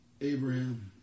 Abraham